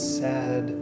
sad